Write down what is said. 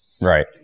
right